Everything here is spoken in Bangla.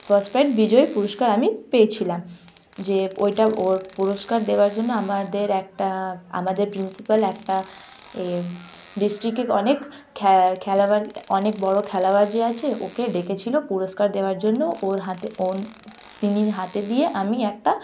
ফার্স্ট প্রাইজ বিজয়ী পুরস্কার আমি পেয়েছিলাম যে ওটা ওর পুরস্কার দেওয়ার জন্য আমাদের একটা আমাদের প্রিন্সিপাল একটা এ ডিস্ট্রিক্টের অনেক খ্যা খেলোয়াড় অনেক বড় খেলোয়াড় যে আছে ওকে ডেকেছিল পুরস্কার দেওয়ার জন্য ওর হাতে ও তিনি হাতে দিয়ে আমি একটা